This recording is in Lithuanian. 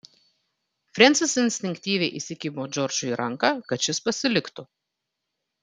frensis instinktyviai įsikibo džordžui į ranką kad šis pasiliktų